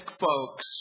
folks